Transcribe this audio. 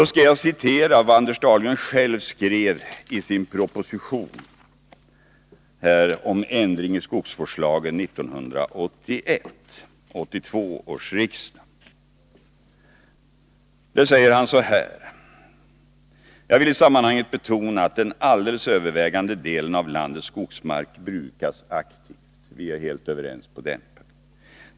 Då skall jag citera vad Anders Dahlgren själv skrev i sin proposition om ändring i skogsvårdslagen vid 1981/1982 års riksdag: ”Jag vill i sammanhanget betona att den alldeles övervägande delen av landets skogsmark brukas aktivt.